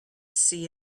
see